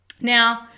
Now